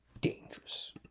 dangerous